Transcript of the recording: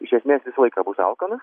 iš esmės visą laiką bus alkanas